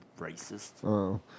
racist